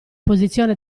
posizione